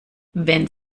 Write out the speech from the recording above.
wenn